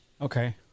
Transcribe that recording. okay